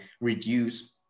reduce